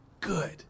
good